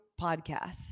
podcast